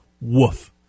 woof